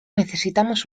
necesitamos